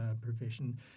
profession